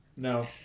No